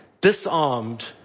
disarmed